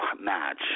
match